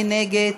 מי נגד?